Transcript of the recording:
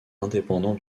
indépendant